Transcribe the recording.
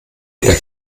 wieder